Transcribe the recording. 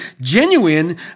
genuine